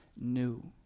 new